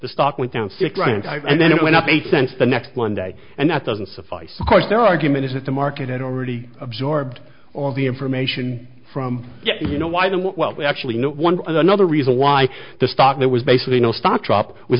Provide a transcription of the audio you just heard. the stock went down and then it went up eight cents the next one day and that doesn't suffice course their argument is that the market had already absorbed all the information from you know why the well actually no one another reason why the stock that was basically no stock drop was